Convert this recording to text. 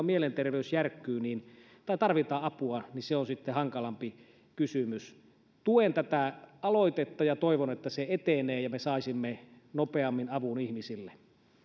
mielenterveys järkkyy ja tarvitaan apua niin se on sitten hankalampi kysymys tuen tätä aloitetta ja toivon että se etenee ja me saisimme nopeammin avun ihmisille